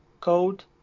code